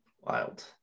wild